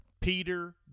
Peter